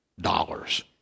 dollars